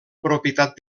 propietat